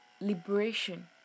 liberation